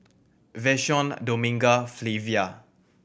Vashon Dominga Flavia